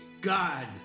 God